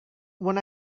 when